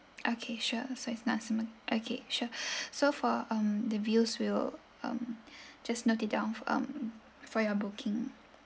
okay sure so it's okay sure so for um the views we'll um just note it down um for your booking